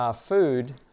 food